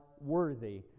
worthy